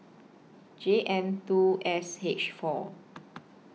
J N two S H four